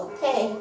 Okay